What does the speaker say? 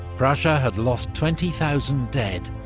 prussia had lost twenty thousand dead,